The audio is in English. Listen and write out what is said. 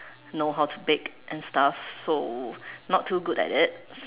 know how to bake and stuff so not too good at it